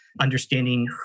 understanding